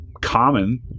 common